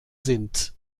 sind